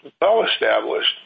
well-established